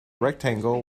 rectangle